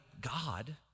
God